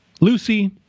Lucy